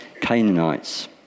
Canaanites